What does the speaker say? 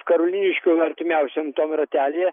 karoliniškių artimiausiam tam ratelyje